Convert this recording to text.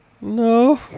no